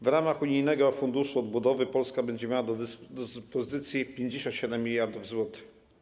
W ramach unijnego Funduszy Odbudowy Polska będzie miała do dyspozycji 57 mld zł.